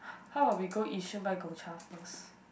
how about we go Yishun buy gong-cha first